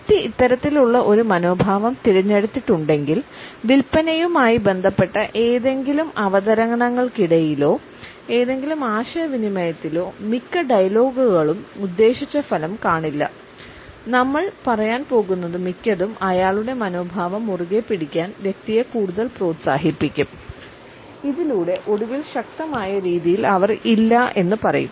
വ്യക്തി ഇത്തരത്തിലുള്ള ഒരു മനോഭാവം തിരഞ്ഞെടുത്തിട്ടുണ്ടെങ്കിൽ വിൽപ്പനയുമായി ബന്ധപ്പെട്ട ഏതെങ്കിലും അവതരണങ്ങൾക്കിടയിലോ ഏതെങ്കിലും ആശയവിനിമയത്തിലോ മിക്ക ഡയലോഗുകളും ഉദ്ദേശിച്ച ഫലം കാണില്ല നമ്മൾ പറയാൻ പോകുന്നത് മിക്കതും അയാളുടെ മനോഭാവം മുറുകെപ്പിടിക്കാൻ വ്യക്തിയെ കൂടുതൽ പ്രോത്സാഹിപ്പിക്കും ഇതിലൂടെ ഒടുവിൽ ശക്തമായ രീതിയിൽ അവർ ഇല്ല എന്ന് പറയും